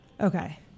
Okay